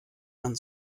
man